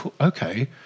okay